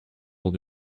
all